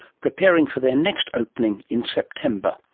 preparing for their next opening in september.